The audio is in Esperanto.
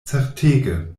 certege